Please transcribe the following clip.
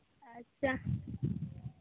ᱟᱪᱪᱷᱟ